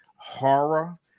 horror